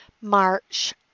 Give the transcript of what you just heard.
March